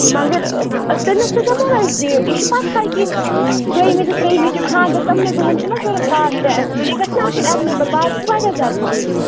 مَگر تٔمِس تہِ دَپو نہٕ أسۍ دیگ یہِ چھِ پَتہٕے کہِ دوٚیمہِ تہٕ ترٛیٚمہٕ چھُ خانٛدر تٔمنٕے دۄہَن چھُناہ ضروٗرت وازٕ تہِ اَسہِ یہِ گژھِ نا آسُن ایٚویلیبٕل وازٕ چھُ واریاہ زیادٕ ضروٗری